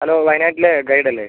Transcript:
hello വായനാട്ടിലെ guide അല്ലേ